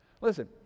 Listen